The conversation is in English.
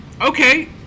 Okay